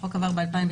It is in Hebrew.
החוק עבר ב-2019.